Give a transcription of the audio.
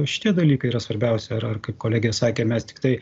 šitie dalykai yra svarbiausia ar kaip kolegė sakė mes tiktai